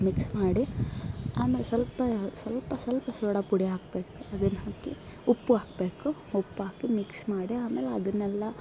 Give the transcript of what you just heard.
mix ಮಾಡಿ ಆಮೇಲೆ ಸ್ವಲ್ಪ ಸ್ವಲ್ಪ ಸ್ವಲ್ಪ ಸೋಡ ಪುಡಿ ಹಾಕ್ಬೇಕು ಅದನ್ನ ಹಾಕಿ ಉಪ್ಪು ಹಾಕಬೇಕು ಉಪ್ಪು ಹಾಕಿ ಮಿಕ್ಸ್ ಮಾಡಿ ಆಮೇಲೆ ಅದನ್ನೆಲ್ಲ